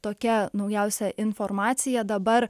tokia naujausia informacija dabar